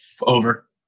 Over